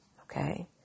Okay